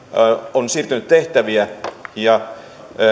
on siirtynyt tehtäviä ja